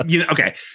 Okay